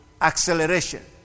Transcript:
acceleration